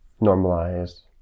normalized